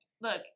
Look